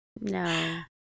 No